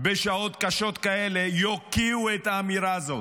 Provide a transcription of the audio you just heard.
בשעות קשות כאלה, יוקיעו את האמירה הזאת.